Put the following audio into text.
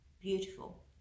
beautiful